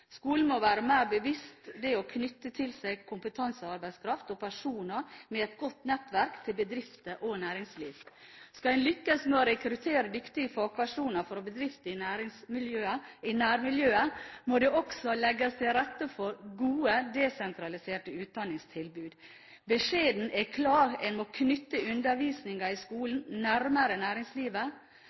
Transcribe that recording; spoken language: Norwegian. Skolen må være mer bevisst det å knytte til seg kompetansearbeidskraft og personer med et godt nettverk til bedrifter og næringsliv. Skal en lykkes med å rekruttere dyktige fagpersoner fra bedrifter i nærmiljøet, må det også legges til rette for gode desentraliserte utdanningstilbud. Beskjeden er klar: En må knytte undervisningen i skolen nærmere næringslivet.